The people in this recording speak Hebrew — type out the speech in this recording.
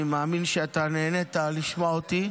אני מאמין שאתה נהנית לשמוע אותי.